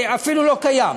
אפילו לא קיים,